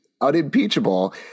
unimpeachable